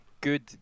good